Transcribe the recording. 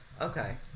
Okay